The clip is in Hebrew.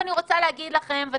אני רוצה להגיד לכם משהו,